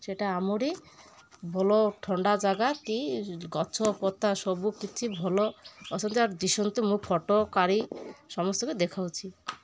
ସେଇଟା ଆମରି ଭଲ ଥଣ୍ଡା ଜାଗା କି ଗଛ ପତା ସବୁ କିଛି ଭଲ ଅଛନ୍ତି ଆର୍ ଦିଶନ୍ତୁ ମୁଁ ଫଟୋ କାଢ଼ି ସମସ୍ତଙ୍କୁ ଦେଖାଉଛି